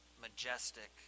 majestic